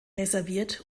reserviert